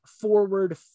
forward